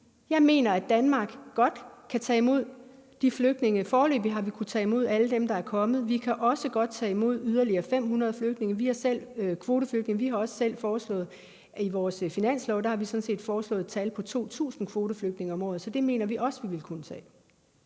Jeg mener, at Danmark godt kan tage imod de flygtninge. Foreløbig har vi kunnet tage imod alle dem, der er kommet, og vi kan også godt tage imod yderligere 500 kvoteflygtninge. Vi har sådan set selv i vores finanslovsforslag foreslået et tal på 2.000 kvoteflygtninge om året, så det mener vi også at man ville kunne tage.